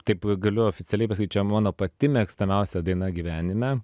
taip galiu oficialiai pasakyt čia mano pati mėgstamiausia daina gyvenime